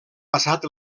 passat